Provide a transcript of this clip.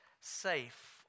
Safe